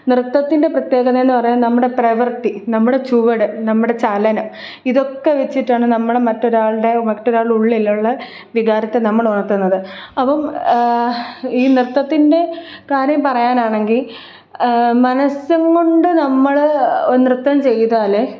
നൃത്തത്തിൻ്റെ പ്രത്യേകതയെന്ന് പറയാൻ നമ്മുടെ പ്രവർത്തി നമ്മുടെ ചുവട് നമ്മുടെ ചലനം ഇതൊക്കെ വച്ചിട്ടാണ് നമ്മൾ മറ്റൊരാളുടെ മറ്റൊരാൾ ഉള്ളിലുള്ള വികാരത്തെ നമ്മളുണർത്തുന്നത് അപ്പം ഈ നൃത്തത്തിൻ്റെ കാര്യം പറയാനാണെങ്കിൽ മനസ്സും കൊണ്ട് നമ്മൾ നൃത്തം ചെയ്താൽ